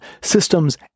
systems